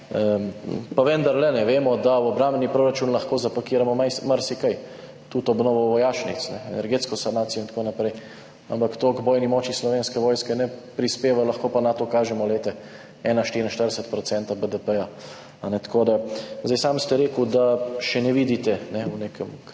pa vendarle vemo, da v obrambni proračun lahko zapakiramo marsikaj, tudi obnovo vojašnic, energetsko sanacijo in tako naprej, ampak to k bojni moči Slovenske vojske ne prispeva, lahko pa Natu kažemo, glejte, 1,44 % BDP. Sami ste rekli, da še ne vidite v nekem